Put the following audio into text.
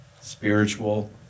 spiritual